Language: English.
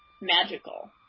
magical